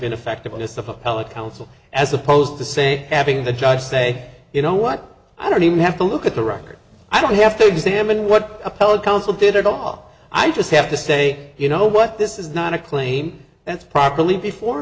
ineffectiveness of appellate counsel as opposed to say having the judge say you know what i don't even have to look at the record i don't have to examine what appellate counsel did it off i just have to say you know what this is not a claim that's properly before